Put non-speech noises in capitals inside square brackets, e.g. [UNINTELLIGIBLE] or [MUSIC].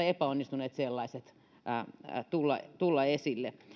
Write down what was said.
[UNINTELLIGIBLE] epäonnistuneet sellaiset voivat tulla esille